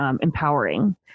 empowering